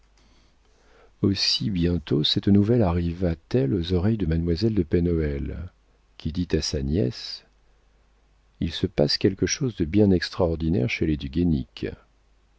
aussi bientôt cette nouvelle arriva t elle aux oreilles de mademoiselle de pen hoël qui dit à sa nièce il se passe quelque chose de bien extraordinaire chez les du